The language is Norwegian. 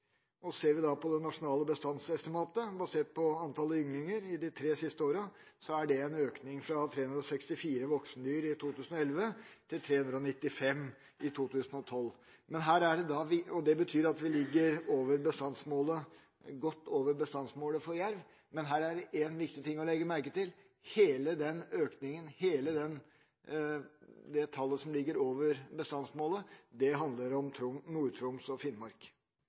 Ser vi på det nasjonale bestandsestimatet, basert på antall ynglinger de tre siste årene, er det en økning fra 364 voksendyr i 2011 til 395 i 2012. Det betyr at vi ligger godt over bestandsmålet for jerv. Men her er det én viktig ting å legge merke til: Hele den økningen, hele det tallet som ligger over bestandsmålet, handler om Nord-Troms og Finnmark.